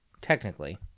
technically